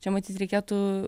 čia matyt reikėtų